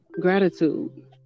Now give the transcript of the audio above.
Gratitude